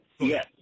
Yes